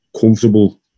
comfortable